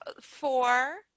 four